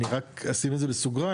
אני רק אשים את זה בסוגריים,